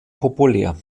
populär